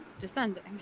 descending